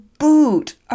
boot